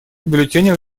бюллетенях